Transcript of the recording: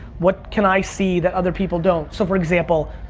what can i see that other people don't? so, for example,